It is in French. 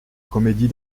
comédie